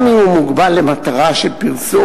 גם אם הוא מוגבל למטרה של פרסום,